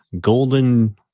golden